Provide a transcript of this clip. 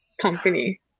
company